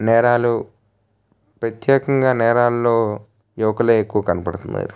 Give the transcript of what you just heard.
నేరాలు ప్రత్యేకంగా నేరాలలో యువకులే ఎక్కువ కనపడుతున్నారు